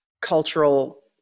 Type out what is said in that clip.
cultural